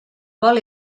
vol